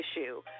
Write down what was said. issue